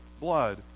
blood